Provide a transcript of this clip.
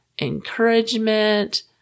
encouragement